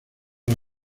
las